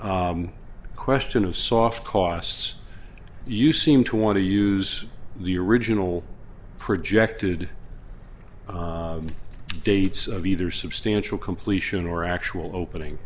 question of soft costs you seem to want to use the original projected dates of either substantial completion or actual opening